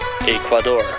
Ecuador